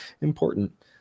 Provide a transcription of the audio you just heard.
important